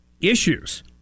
issues